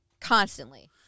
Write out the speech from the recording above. constantly